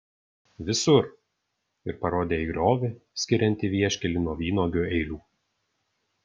visur ir parodė į griovį skiriantį vieškelį nuo vynuogių eilių